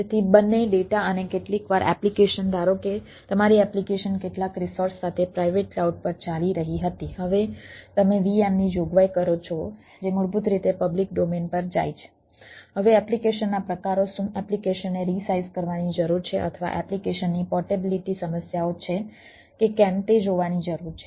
તેથી બંને ડેટા અને કેટલીકવાર એપ્લીકેશન ધારો કે તમારી એપ્લિકેશન કેટલાક રિસોર્સ સાથે પ્રાઇવેટ ક્લાઉડ પર ચાલી રહી હતી હવે તમે VMની જોગવાઈ કરો છો જે મૂળભૂત રીતે પબ્લિક ડોમેન કરવાની જરુર છે અથવા એપ્લિકેશનની પોર્ટેબીલીટી સમસ્યાઓ છે કે કેમ તે જોવાની જરૂર છે